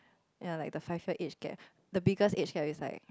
ya like the five year age gap the biggest age gap is like